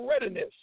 readiness